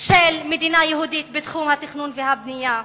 של מדינה יהודית בתחום התכנון והבנייה.